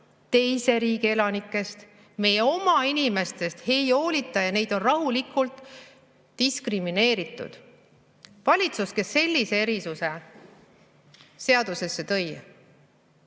teise riigi elanikest. Meie oma inimestest ei hoolita ja neid on rahulikult diskrimineeritud. Valitsus, kes sellise erisuse seadusesse tõi,